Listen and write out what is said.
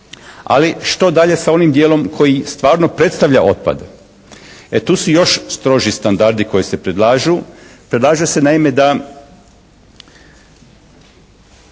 Ali što dalje sa onim dijelom koji stvarno predstavlja otpad? E tu su još stroži standardi koji se predlažu. Predlaže se naime da